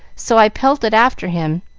so i pelted after him,